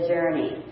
Journey